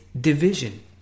division